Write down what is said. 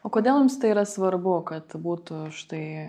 o kodėl jums tai yra svarbu kad būtų štai